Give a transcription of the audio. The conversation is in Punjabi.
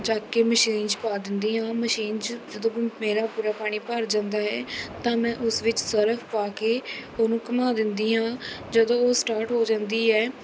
ਚੱਕ ਕੇ ਮਸ਼ੀਨ 'ਚ ਪਾ ਦਿੰਦੀ ਹਾਂ ਮਸ਼ੀਨ 'ਚ ਜਦੋਂ ਮੇਰਾ ਪੂਰਾ ਪਾਣੀ ਭਰ ਜਾਂਦਾ ਹੈ ਤਾਂ ਮੈਂ ਉਸ ਵਿੱਚ ਸਰਫ਼ ਪਾ ਕੇ ਉਹਨੂੰ ਘੁਮਾ ਦਿੰਦੀ ਹਾਂ ਜਦੋਂ ਉਹ ਸਟਾਟ ਹੋ ਜਾਂਦੀ ਹੈ